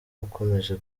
ukomeje